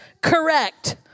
correct